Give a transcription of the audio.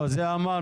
את זה אמרנו.